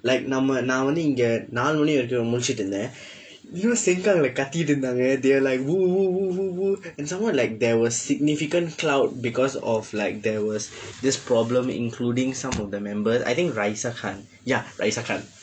like நம்ம நான் வந்து இங்க நாழு மணி வரைக்கும் முழித்து இருந்தேன்:namma naan vandthu ingka naazhu mani varaikkum muzhiththu irundtheen you know sengkang like கத்திட்டு இருந்தாங்க:kaththitdu irundthaangka they were like !woo! !woo! !woo! !woo! and somemore like there was significant crowd because of like there was this problem including some of the member I think raeesah khann ya raeesah khann